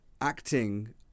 acting